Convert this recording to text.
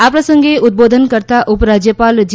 આ પ્રસંગે ઉદબોધન કરતાં ઉપરાજ્યપાલ જી